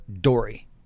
Dory